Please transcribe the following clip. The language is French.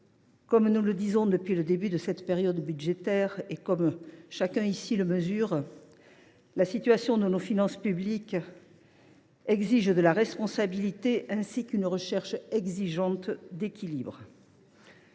Comme nous le disons depuis le début de cette période budgétaire, et comme chacun ici le mesure, la situation de nos finances publiques exige de la responsabilité, ainsi qu’une recherche exigeante d’équilibre.